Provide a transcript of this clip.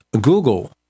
Google